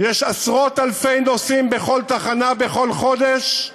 יש עשרות-אלפי נוסעים בכל תחנה בכל חודש.